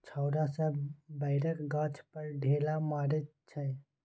छौरा सब बैरक गाछ पर ढेला मारइ छै